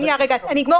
רגע, אני אגמור